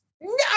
No